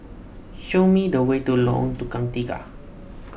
show me the way to Lorong Tukang Tiga